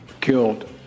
killed